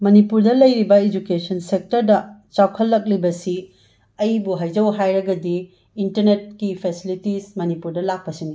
ꯃꯅꯤꯄꯨꯔꯗ ꯂꯩꯔꯤꯕ ꯏꯖꯨꯀꯦꯁꯟ ꯁꯦꯛꯇꯔꯗ ꯆꯥꯎꯈꯠꯂꯛꯂꯤꯕꯁꯤ ꯑꯩꯕꯨ ꯍꯥꯏꯖꯧ ꯍꯥꯏꯔꯒꯗꯤ ꯏꯟꯇꯔꯅꯦꯠꯀꯤ ꯐꯦꯁꯤꯂꯤꯇꯤꯁ ꯃꯅꯤꯄꯨꯔꯗ ꯂꯥꯛꯄꯁꯤꯅꯤ